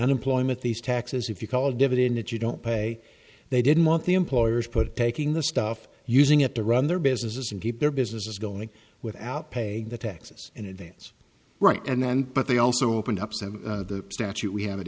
unemployment these taxes if you call dividend that you don't pay they didn't want the employers put taking the stuff using it to run their businesses and keep their businesses going without paying the taxes in advance right and then but they also opened up seven statute we have an